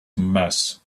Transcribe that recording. mess